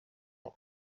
per